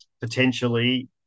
potentially